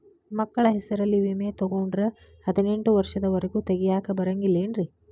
ಮಕ್ಕಳ ಹೆಸರಲ್ಲಿ ವಿಮೆ ತೊಗೊಂಡ್ರ ಹದಿನೆಂಟು ವರ್ಷದ ಒರೆಗೂ ತೆಗಿಯಾಕ ಬರಂಗಿಲ್ಲೇನ್ರಿ?